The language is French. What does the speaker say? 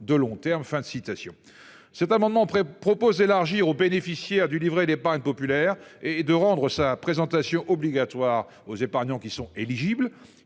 de citation. Cet amendement près propose élargir aux bénéficiaires du livret d'épargne populaire et, et de rendre sa présentation obligatoire aux épargnants qui sont éligibles.